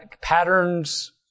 patterns